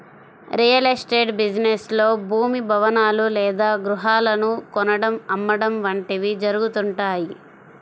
real estate business లో భూమి, భవనాలు లేదా గృహాలను కొనడం, అమ్మడం వంటివి జరుగుతుంటాయి